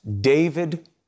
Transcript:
David